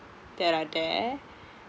that are there